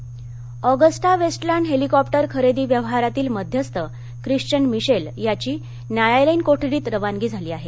Michel Agusta Westland helicopter खरेदी व्यवहारातील मध्यस्थ खिश्वन मिशेल याची न्यायालयीन कोठडीत रवानगी झाली आहे